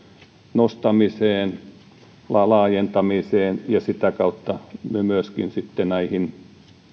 nostamiseen laajentamiseen ja sitä kautta myöskin sitten näihin